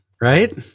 right